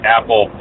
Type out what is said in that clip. Apple